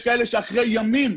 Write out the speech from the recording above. יש כאלה שאחרי ימים,